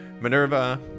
Minerva